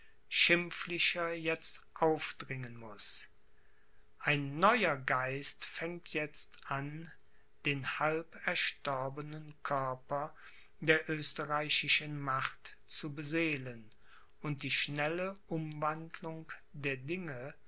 schimpflicher jetzt aufdringen muß ein neuer geist fängt jetzt an den halb erstorbenen körper der österreichischen macht zu beseelen und die schnelle umwandlung der dinge